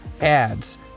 ads